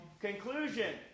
conclusion